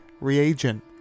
Reagent